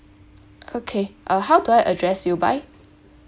okay uh how do I address you by